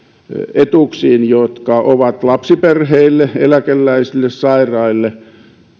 etuuksiin jotka ovat lapsiperheille eläkeläisille sairaille